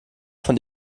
von